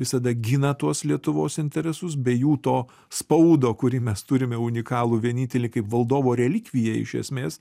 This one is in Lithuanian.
visada gina tuos lietuvos interesus be jų to spaudo kurį mes turime unikalų vienintelį kaip valdovo relikviją iš esmės